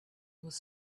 was